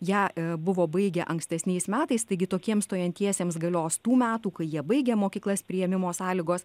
ją buvo baigę ankstesniais metais taigi tokiems stojantiesiems galios tų metų kai jie baigė mokyklas priėmimo sąlygos